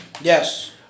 Yes